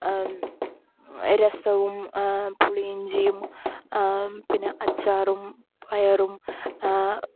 രസവും പുളി ഇഞ്ചിയും പിന്നെ അച്ചാറും പയറും